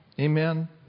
Amen